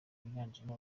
biganjemo